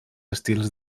estils